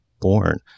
born